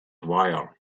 wire